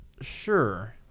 sure